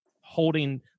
holding